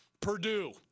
Purdue